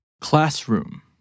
Classroom